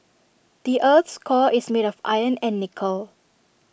the Earth's core is made of iron and nickel